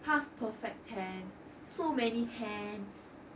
past perfect tense so many tenses